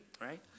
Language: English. right